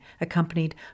accompanied